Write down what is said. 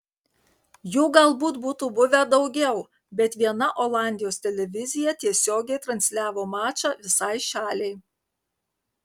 jų galbūt būtų buvę daugiau bet viena olandijos televizija tiesiogiai transliavo mačą visai šaliai